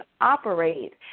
operate